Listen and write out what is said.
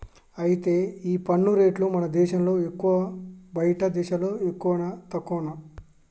అయితే ఈ పన్ను రేట్లు మన దేశంలో ఎక్కువా బయటి దేశాల్లో ఎక్కువనా తక్కువనా